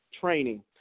training